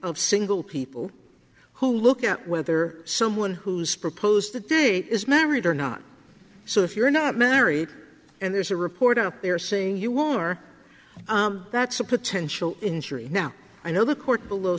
of single people who look at whether someone who's proposed the date is married or not so if you're not married and there's a report out there saying you won't that's a potential injury now i know the court below